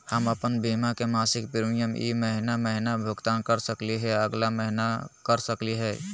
हम अप्पन बीमा के मासिक प्रीमियम ई महीना महिना भुगतान कर सकली हे, अगला महीना कर सकली हई?